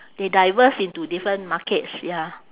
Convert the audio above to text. they diverse into different markets ya